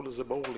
זה ברור לי.